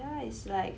ya it's like